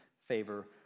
favor